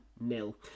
nil